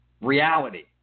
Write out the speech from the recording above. reality